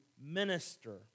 minister